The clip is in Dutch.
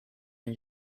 een